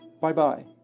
Bye-bye